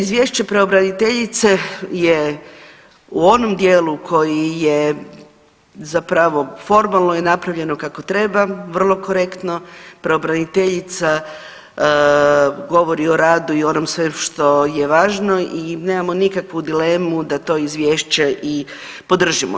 Izvješće pravobraniteljice je u onom dijelu koji je zapravo formalno je napravljeno kako treba, vrlo korektno, pravobraniteljica govori o radu i onom sve što je važno i nemamo nikakvu dilemu da to izvješće i podržimo.